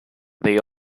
they